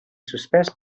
suspès